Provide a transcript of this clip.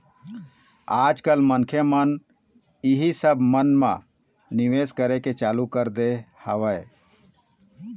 आज कल मनखे मन इही सब मन म निवेश करे के चालू कर दे हवय